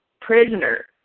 Prisoner